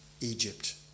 Egypt